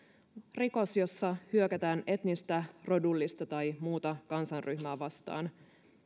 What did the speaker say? rikos jossa hyökätään etnistä rodullista tai muuta kansanryhmää vastaan